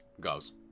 goes